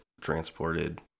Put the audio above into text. transported